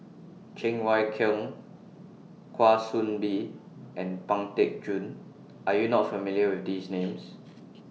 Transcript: Cheng Wai Keung Kwa Soon Bee and Pang Teck Joon Are YOU not familiar with These Names